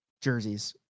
jerseys